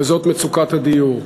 וזה מצוקת הדיור.